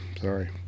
Sorry